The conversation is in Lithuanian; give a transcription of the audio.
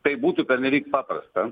tai būtų pernelyg paprasta